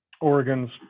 Oregon's